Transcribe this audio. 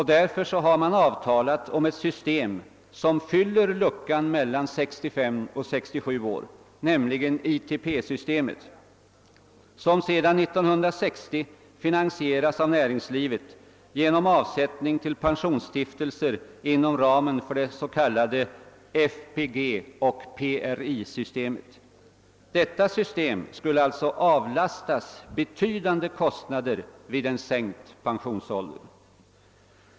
Därför har man avtalat om ett system som fyller luckan mellan 65 och 67 år, nämligen ITP-systemet, som sedan 1960 finansieras av näringslivet genom avsättning till pensionsstiftelser inom ramen för FPG och PRI-systemet. Detta system skulle alltså avlastas betydande kostnader vid en sänkt pensionsålder.